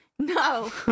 no